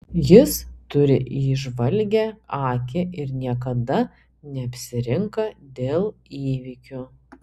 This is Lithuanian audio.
jis turi įžvalgią akį ir niekada neapsirinka dėl įvykių